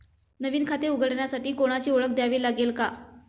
नवीन खाते उघडण्यासाठी कोणाची ओळख द्यावी लागेल का?